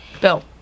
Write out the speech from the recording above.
Bill